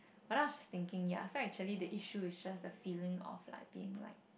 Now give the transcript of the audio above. but then I was thinking ya so actually the issue is just the feeling of like being like